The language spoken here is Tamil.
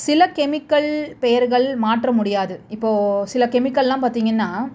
சில கெமிக்கல் பேயருகள் மாற்ற முடியாது இப்போது சில கெமிக்கலெல்லாம் பார்த்தீங்கன்னா